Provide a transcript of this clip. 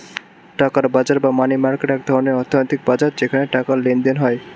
টাকার বাজার বা মানি মার্কেট এক ধরনের অর্থনৈতিক বাজার যেখানে টাকার লেনদেন হয়